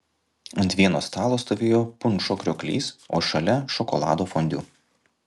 ant vieno stalo stovėjo punšo krioklys o šalia šokolado fondiu